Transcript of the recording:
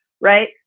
right